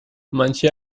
manche